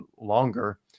longer